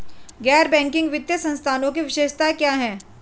गैर बैंकिंग वित्तीय संस्थानों की विशेषताएं क्या हैं?